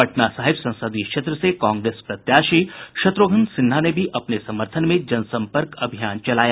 पटना साहिब संसदीय क्षेत्र से कांग्रेस प्रत्याशी शत्रुघ्न सिन्हा ने भी अपने समर्थन में जनसंपर्क अभियान चलाया